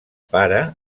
pare